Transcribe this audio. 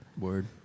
Word